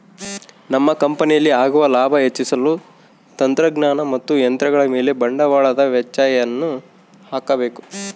ನಮ್ಮ ಕಂಪನಿಯಲ್ಲಿ ಆಗುವ ಲಾಭ ಹೆಚ್ಚಿಸಲು ತಂತ್ರಜ್ಞಾನ ಮತ್ತು ಯಂತ್ರಗಳ ಮೇಲೆ ಬಂಡವಾಳದ ವೆಚ್ಚಯನ್ನು ಹಾಕಬೇಕು